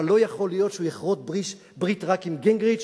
אבל לא יכול להיות שהוא יכרות ברית רק עם גינגריץ',